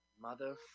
Mother